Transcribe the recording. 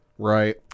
Right